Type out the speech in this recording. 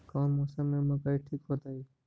कौन मौसम में मकई ठिक होतइ?